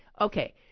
Okay